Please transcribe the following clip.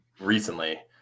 Recently